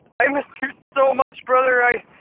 i miss you so much, brother. i.